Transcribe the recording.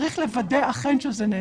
צריך לוודא שזה אכן נעשה,